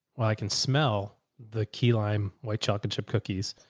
well, i can smell the key lime white chocolate chip cookies.